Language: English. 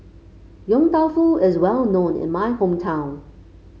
Yong Tau Foo is well known in my hometown